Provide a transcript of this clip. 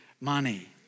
money